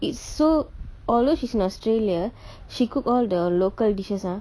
it's so although she's in australia she cook all the local dishes ah